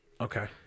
Okay